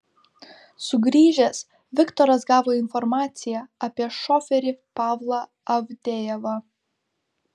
sugrįžęs viktoras gavo informaciją apie šoferį pavlą avdejevą